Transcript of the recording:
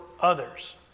others